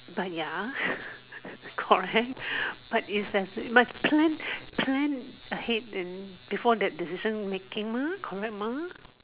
but ya correct but if there must plan plan ahead in before that decision making mah correct mah